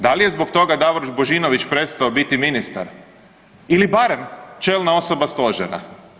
Da li je zbog toga Davor Božinović prestao biti ministar ili barem čelna osoba Stožera?